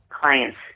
clients